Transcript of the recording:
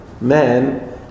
man